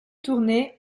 tourné